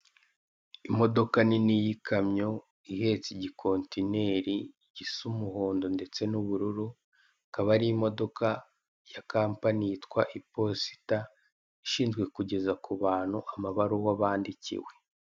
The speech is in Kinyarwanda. Imodoka nini y'ikamyo ihetse igikontineri gisa umuhondo ndetse n'ubururu akabara ari imodoka ya kampani yitwa iposita ishinzwe kugeza ku bantu amabaruwa bandikiwe.